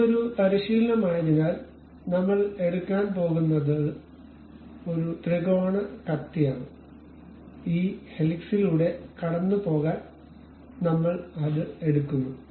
അതിനാൽ ഇത് ഒരു പരിശീലനമായതിനാൽ നമ്മൾ എടുക്കാൻ പോകുന്നത് ഒരു ത്രികോണ കത്തിയാണ് ഈ ഹെലിക്സിലൂടെ കടന്നുപോകാൻ നമ്മൾ അത് എടുക്കുന്നു